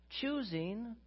choosing